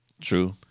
true